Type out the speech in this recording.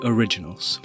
Originals